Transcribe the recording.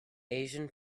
asian